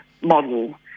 model